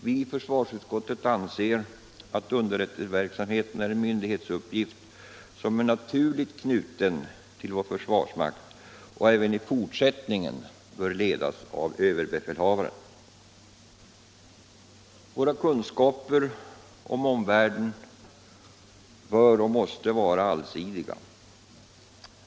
Vi i försvarsutskottet anser att underrättelseverksamheten är en myndighetsuppgift som är naturligt knuten till vår försvarsmakt och även i fortsättningen bör ledas av överbefälhavaren. Våra kunskaper om omvärlden bör och måste vara allsidiga.